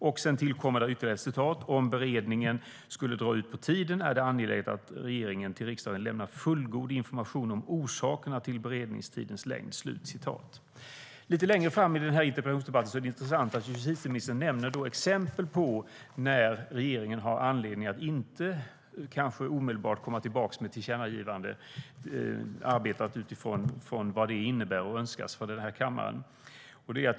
Om beredningen skulle dra ut på tiden är det angeläget att regeringen till riksdagen lämnar fullgod information om orsakerna till beredningstidens längd. "Lite längre fram i interpellationsdebatten nämner justitieministern exempel på när regeringen har anledning att kanske inte omedelbart komma tillbaka med vad kammaren önskat i ett tillkännagivande.